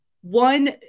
one